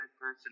person